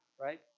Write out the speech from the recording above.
Right